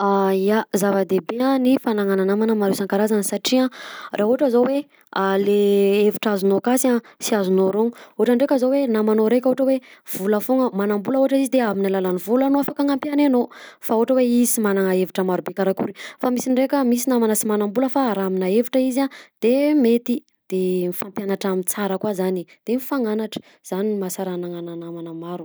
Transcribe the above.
Ya zava-dehibe a ny fanagnana namana maro isan-karazany satria raha ohatra zao hoe a le hevitra azonao akasy a sy azonao arogno ohatra ndraika zao namanao raika ohatra hoe vola foagna, manam-bola ohatra izy de amin'alalany vola no afaka anampiany anao fa ohatra hoe izy sy manana hevitra maro be karakory fa misy ndreka misy namana sy manam-bola fa raha amina hevitra izy a de mety de mifampianatra amin'ny sara koa zany de mifagnanatra zany mahasara anagnagna namana maro.